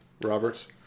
Roberts